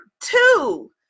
two